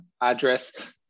address